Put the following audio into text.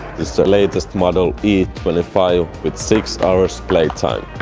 this latest model, e twenty five with six hours playtime